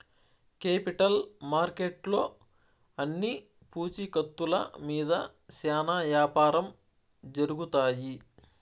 capital మార్కెట్లో అన్ని పూచీకత్తుల మీద శ్యానా యాపారం జరుగుతాయి